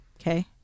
Okay